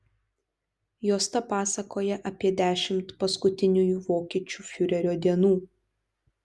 juosta pasakoja apie dešimt paskutiniųjų vokiečių fiurerio dienų